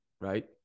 right